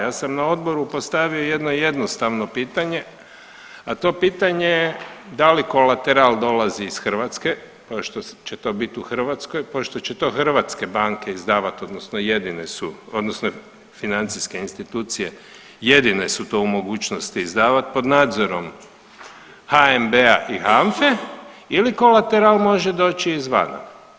Ja sam na odboru postavio jedno jednostavno pitanje, a to pitanje je da li kolateral dolazi iz Hrvatske kao što će to biti u Hrvatskoj, kao što će to hrvatske banke izdavati odnosno jedine su odnosno financijske institucije jedine su to u mogućnosti izdavati pod nadzorom HNB-a i HANFE ili kolteral može doći izvana.